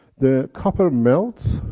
the copper melts,